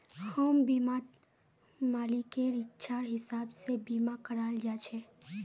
home बीमात मालिकेर इच्छार हिसाब से बीमा कराल जा छे